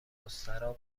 مستراح